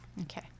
Okay